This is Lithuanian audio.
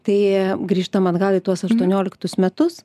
tai grįžtam atgal į tuos aštuonioliktus metus